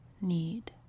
need